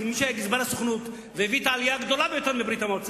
כמי שהיה גזבר הסוכנות והביא את העלייה הגדולה ביותר מברית-המועצות,